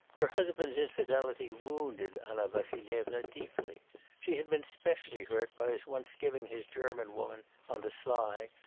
her husband's infidelity wounded anna vassilyevna deeply she had been specially hurt by his once giving his german woman, on the sly,